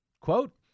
quote